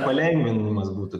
palengvinimas būtų